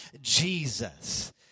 Jesus